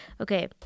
okay